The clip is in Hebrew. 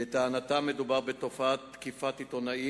לטענתם מדובר בתופעת תקיפת עיתונאים